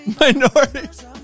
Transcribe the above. minorities